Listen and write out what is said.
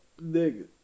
nigga